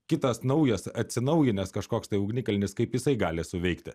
kitas naujas atsinaujinęs kažkoks tai ugnikalnis kaip jisai gali suveikti